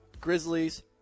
Grizzlies